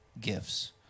gifts